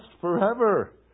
forever